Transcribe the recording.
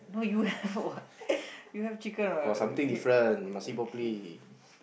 no you have what you have chicken right okay okay